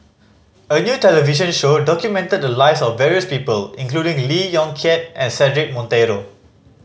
a new television show documented the lives of various people including Lee Yong Kiat and Cedric Monteiro